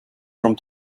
from